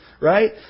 right